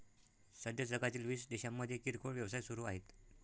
सध्या जगातील वीस देशांमध्ये किरकोळ व्यवसाय सुरू आहेत